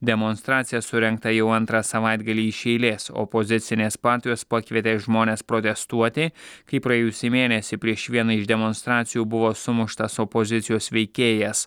demonstracija surengta jau antrą savaitgalį iš eilės opozicinės partijos pakvietė žmones protestuoti kai praėjusį mėnesį prieš vieną iš demonstracijų buvo sumuštas opozicijos veikėjas